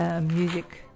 Music